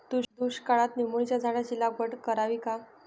दुष्काळात निंबोणीच्या झाडाची लागवड करावी का?